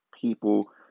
people